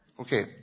Okay